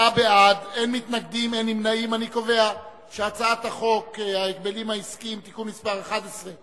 ההצעה להעביר את הצעת חוק ההגבלים העסקיים (תיקון מס' 11),